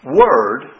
word